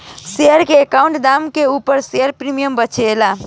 share के आवंटन दाम के उपर शेयर प्रीमियम बेचाला